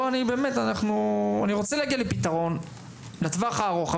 באמת אני רוצה להגיע לפתרון לטווח הארוך,